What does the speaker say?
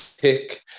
Pick